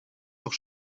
auch